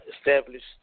established